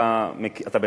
אתה מכיר,